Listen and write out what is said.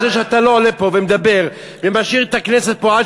זה שאתה לא עולה לפה ומדבר ומשאיר את הכנסת פה עד